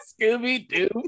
Scooby-Doo